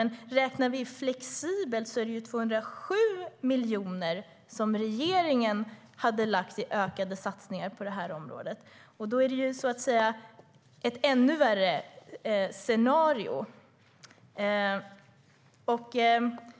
Men om vi räknar flexibelt är det 207 miljoner som regeringen hade lagt fram i ökade satsningar på området. Då är det ett ännu värre scenario. Vi kan säkert